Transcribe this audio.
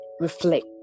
Reflect